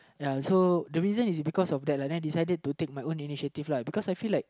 ya so the reason is because of that lah then I decided to take my own initiative lah because I feel like